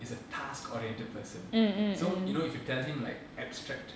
is a task oriented person so you know if you tell him like abstract